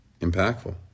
impactful